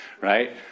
Right